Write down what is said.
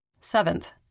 Seventh